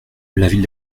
l’avis